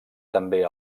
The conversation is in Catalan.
també